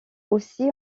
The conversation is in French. aussi